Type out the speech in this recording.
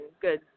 good